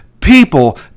People